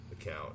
account